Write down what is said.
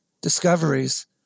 discoveries